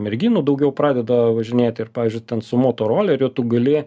merginų daugiau pradeda važinėti ir pavyzdžiui ten su motoroleriu tu gali